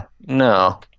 no